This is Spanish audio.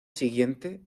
siguiente